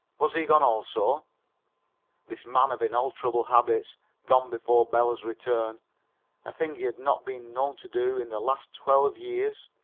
was he gone also this man of inalterable habits gone before bela's return a thing he had not been known to do in the last twelve years?